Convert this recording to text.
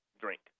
drink